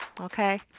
okay